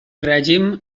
règim